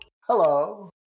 Hello